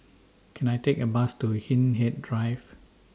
Can I Take A Bus to Hindhede Drive